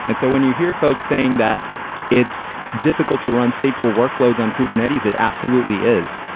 and so when you hear folks saying that it's difficult to run stateful workloads on kubernetes. it absolutely is.